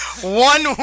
One